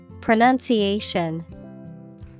pronunciation